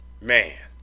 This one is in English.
Man